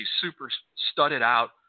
super-studded-out